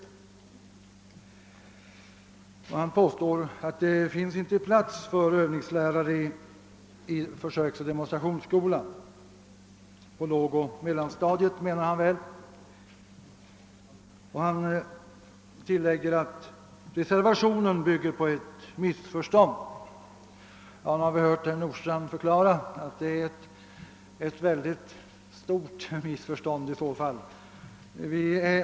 Herr Arvidson påstår att det inte finns plats för övningslärare i försöksoch demonstrationsskolorna — på lågoch mellanstadiet, menar han väl — och herr Arvidson tillägger att reservationen 1 bygger på ett missförstånd. Nu har vi hört herr Nordstrandh förklara att det i så fall är ett missförstånd, som omfattas av många.